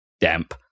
damp